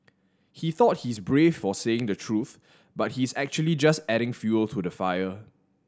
he thought he's brave for saying the truth but he's actually just adding fuel to the fire